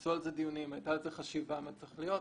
עשו על זה דיונים והייתה על כך חשיבה מה שצריך להיות.